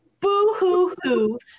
Boo-hoo-hoo